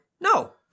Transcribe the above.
No